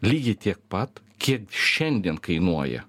lygiai tiek pat kiek šiandien kainuoja